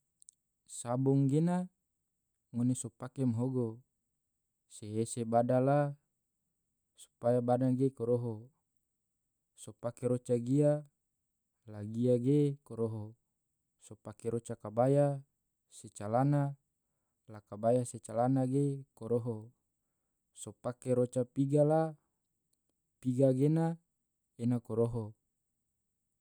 sabong gena ngone so pake mahogo se ese bada la supaya bada ge koroho, so pake roca gia la gia ge koroho, so pake roca kabaya se calana la kabaya se calana koroho, so pake roca piga la piga gena ena koroho.